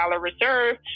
reserve